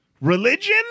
religion